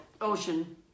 ocean